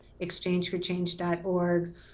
exchangeforchange.org